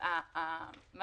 מה